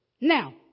Now